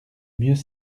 mieux